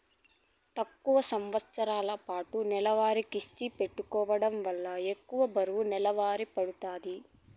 తక్కువ సంవస్తరాలపాటు నెలవారీ కిస్తుల్ని పెట్టుకోవడం వల్ల ఎక్కువ బరువు నెలవారీ పడతాంది